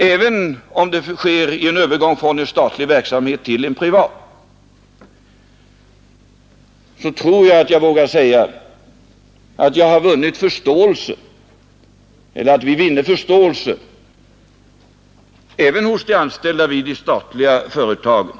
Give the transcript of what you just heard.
Även om det sker genom en övergång från statlig verksamhet till en privat, tror jag att jag vågar säga att vi vinner förståelse även hos de anställda vid de statliga företagen.